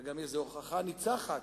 ויש הוכחה ניצחת: